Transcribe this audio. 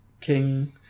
king